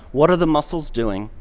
what are the muscles doing,